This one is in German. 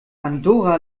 andorra